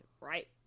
right